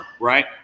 right